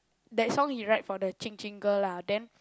that song he write for the Qing Qing girl lah then